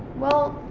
well,